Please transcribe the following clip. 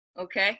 okay